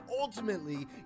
ultimately